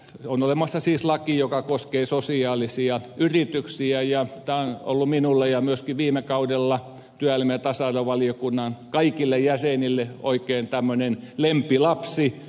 on olemassa siis laki joka koskee sosiaalisia yrityksiä ja tämä on ollut minulle ja myöskin viime kaudella työelämä ja tasa arvovaliokunnan kaikille jäsenille oikein tämmöinen lempilapsi